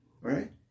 Right